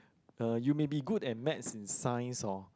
uh you may be good at Maths and Science hor